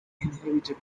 inhabited